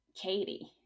Katie